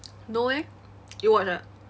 no eh you watch ah